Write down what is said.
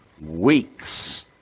weeks